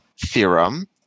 theorem